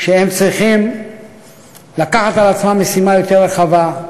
שהם צריכים לקחת על עצמם משימה יותר רחבה,